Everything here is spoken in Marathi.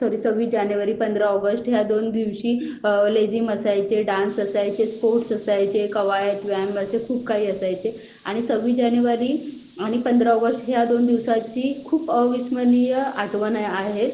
सॉरी सव्वीस जानेवारी पंधरा ऑगष्ट ह्या दोन दिवशी लेझिम असायचे डान्स असायचे स्पोर्ट्स असायचे कवायत व्यायाम असे खूप काही असायचे आणि सव्वीस जानेवारी आणि पंधरा ऑगष्ट ह्या दोन दिवसाची खूप अविस्मरणीय आठवण आहे